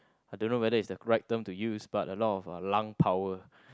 I don't know whether it's the right term to use but a lot of uh lung power